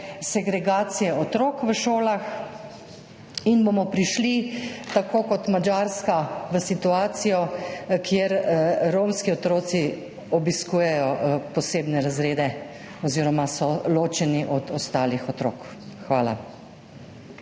segregacija otrok v šolah in bomo prišli, tako kot Madžarska, v situacijo, kjer romski otroci obiskujejo posebne razrede oziroma so ločeni od ostalih otrok. Hvala.